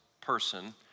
person